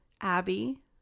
Abby